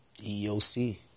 EOC